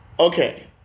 Okay